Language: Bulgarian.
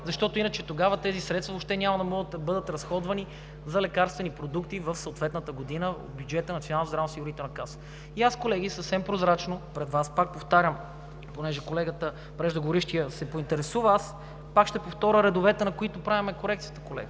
отпадне. Иначе тогава тези средства въобще няма да могат да бъдат разходвани за лекарствени продукти в съответната година от бюджета на Националната здравноосигурителна каса. И аз, колеги, съвсем прозрачно пред Вас, понеже преждеговорившият колега се поинтересува, пак ще повторя редовете, на които правим корекцията, колега,